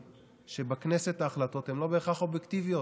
שבכנסת ההחלטות הן לא בהכרח אובייקטיביות,